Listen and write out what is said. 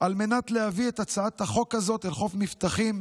על מנת להביא את הצעת החוק הזאת אל חוף מבטחים,